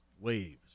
waves